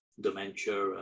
dementia